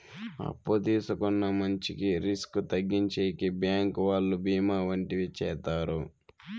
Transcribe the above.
అప్పు తీసుకున్న మంచికి రిస్క్ తగ్గించేకి బ్యాంకు వాళ్ళు బీమా వంటివి చేత్తారు